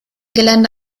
gelände